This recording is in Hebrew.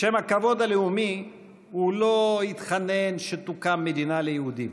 בשם הכבוד הלאומי הוא לא התחנן שתוקם מדינה ליהודים,